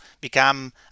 become